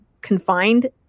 confined